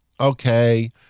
okay